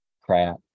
crap